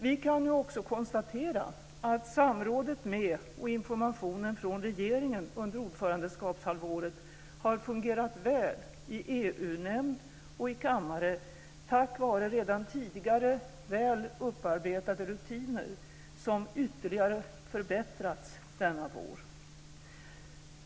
Vi kan nu också konstatera att samrådet med och informationen från regeringen under ordförandeskapshalvåret har fungerat väl i EU-nämnd och i kammare tack vare redan tidigare väl upparbetade rutiner, som ytterligare förbättrats denna vår.